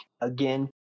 Again